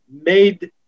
made